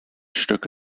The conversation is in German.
stück